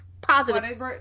positive